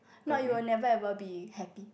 if not you will never ever be happy